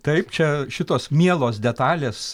taip čia šitos mielos detalės